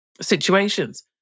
situations